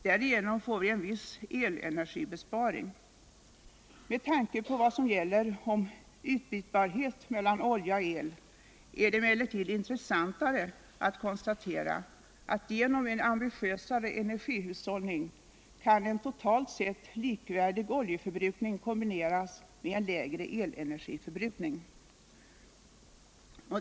Därigenom får vi en viss elenergibesparing. Med tanke på vad som gäller om utbytbarhet mellan olja och el, är det emellertid intressantare att konstatera, att genom en ambitiösare energihushållning kan en totalt sett likvärdig oljeförbrukning kombineras med en lägre elenergiförbrukning.